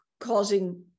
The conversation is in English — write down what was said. causing